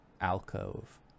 alcove